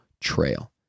trail